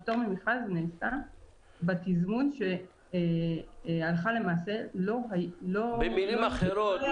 הפטור ממכרז נעשה בתזמון שהלכה למעשה לא --- במילים אחרות,